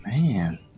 Man